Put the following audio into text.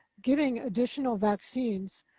getting additional vaccines,